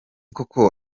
koko